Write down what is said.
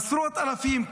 עשרות אלפים.